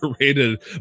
rated